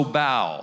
bow